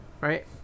right